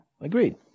Agreed